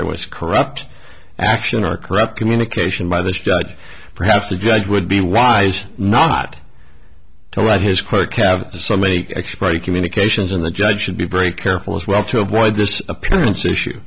there was corrupt action or corrupt communication by this judge perhaps the judge would be wise not to let his quote calved to so many expert in communications and the judge should be very careful as well to avoid this appearance issue